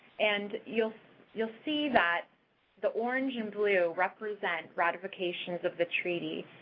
and you'll you'll see that the orange and blue represent ratifications of the treaty,